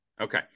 Okay